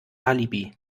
alibi